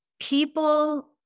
people